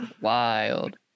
Wild